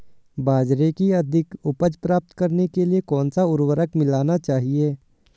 बाजरे की अधिक उपज प्राप्त करने के लिए कौनसा उर्वरक मिलाना चाहिए?